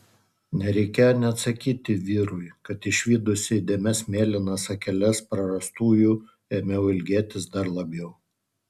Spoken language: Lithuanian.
nereikėjo net sakyti vyrui kad išvydusi įdėmias mėlynas akeles prarastųjų ėmiau ilgėtis dar labiau